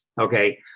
okay